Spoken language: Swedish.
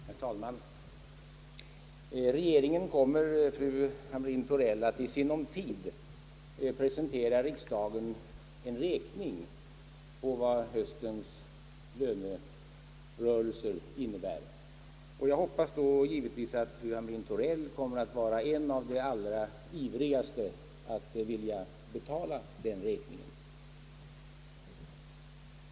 Herr talman! Regeringen kommer, fru Hamrin-Thorell, att i sinom tid presentera riksdagen en räkning på vad höstens lönerörelse innebär och jag hoppas då givetvis att fru Hamrin-Thorell kommer att vara en av de allra ivrigaste att vilja betala den räkningen.